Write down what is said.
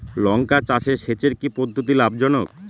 লঙ্কা চাষে সেচের কি পদ্ধতি লাভ জনক?